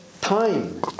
time